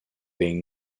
being